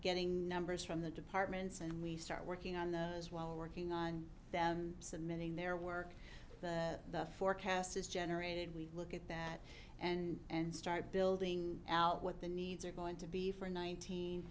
getting numbers from the departments and we start working on those while working on them submitting their work the forecast is generated we look at that and start building out what the needs are going to be for nineteen